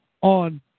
on